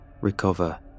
recover